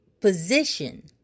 Position